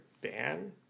ban